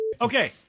Okay